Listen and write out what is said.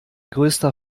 größter